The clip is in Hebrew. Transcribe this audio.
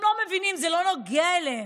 הם לא מבינים, זה לא נוגע להם.